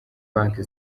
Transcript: banki